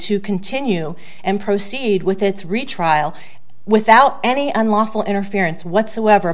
to continue and proceed with its retrial without any unlawful interference whatsoever